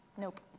Nope